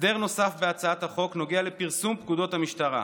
הסדר נוסף בהצעת החוק נוגע לפרסום פקודות המשטרה.